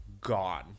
gone